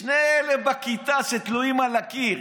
שני אלה שתלויים בכיתה על הקיר,